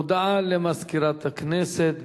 הודעה למזכירת הכנסת,